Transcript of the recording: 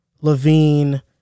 Levine